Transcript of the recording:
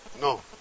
no